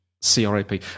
C-R-A-P